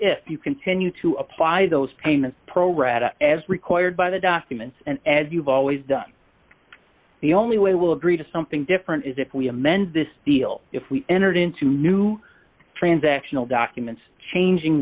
if you continue to apply those payments pro rata as required by the documents and as you've always done the only way we'll agree to something different is if we amend this deal if we entered into new transactional documents changing